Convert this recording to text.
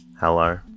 Hello